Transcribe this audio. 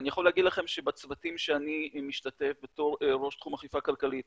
אני יכול להגיד לכם שבצוותים שאני משתתף בתור ראש תחום אכיפה כלכלית